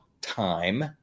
time